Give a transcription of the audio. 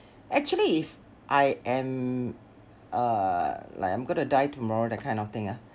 actually if I am uh like I'm gonna die tomorrow that kind of thing ah